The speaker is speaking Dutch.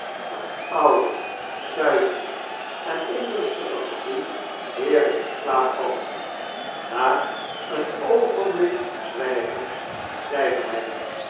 dat oude suisende en onrustige gevoel eer ik in slaap val na een oogenblik zwngens zeide h